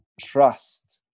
trust